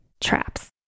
traps